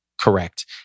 Correct